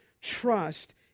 trust